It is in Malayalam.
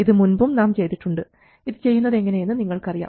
ഇത് മുൻപും നാം ചെയ്തിട്ടുണ്ട് ഇത് ചെയ്യുന്നതെങ്ങനെ എന്ന് നിങ്ങൾക്കറിയാം